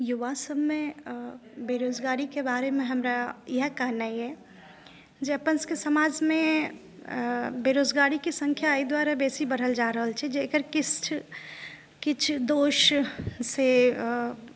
युवा सभमे बेरोजगारीके बारेमे हमरा इयह कहनाई अहि जे अपन सभके समाजमे बेरोजगारीके संख्या एहि दुआरे बेसी बढ़ल जा रहल छै जे एकर किछु दोष से